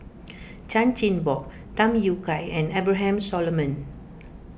Chan Chin Bock Tham Yui Kai and Abraham Solomon